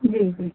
जी जी